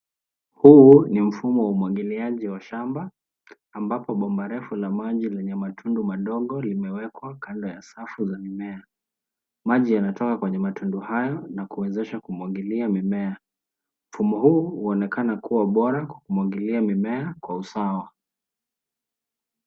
Huu ni mfumo wa umwagiliaji wa shamba ambapo bomba refu la maji lenye matundu madogo limewekwa kando ya safu za mimea. Maji yanatoka kwenye matundu hayo na kuwezesha kumwagilia mimea. Mfumo huu huonekana kuwa bora kwa kumwagilia mimea kwa usawa.